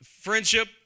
Friendship